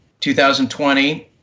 2020